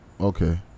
Okay